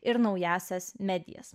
ir naująsias medijas